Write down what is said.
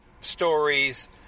stories